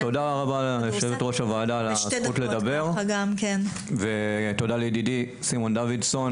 תודה רבה ליושבת ראש הוועדה על הזכות לדבר ותודה לידידי סימון דוידסון,